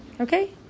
Okay